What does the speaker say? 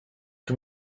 can